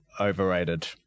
overrated